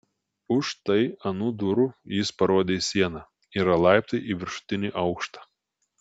už štai anų durų jis parodė į sieną yra laiptai į viršutinį aukštą